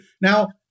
now